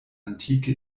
antike